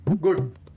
Good